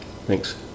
Thanks